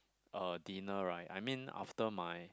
uh dinner right I mean after my